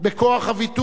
בכוח הוויתור.